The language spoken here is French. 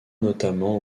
notamment